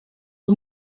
een